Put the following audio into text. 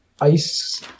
ice